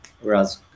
whereas